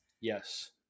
Yes